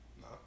No